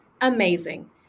amazing